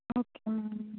okay ma'am